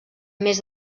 més